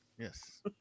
Yes